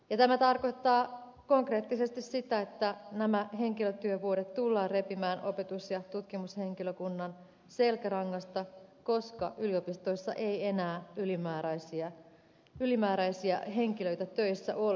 tämä tarkoittaa konkreettisesti sitä että nämä henkilötyövuodet tullaan repimään opetus ja tutkimushenkilökunnan selkärangasta koska yliopistoissa ei enää ylimääräisiä henkilöitä töissä ole